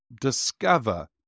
discover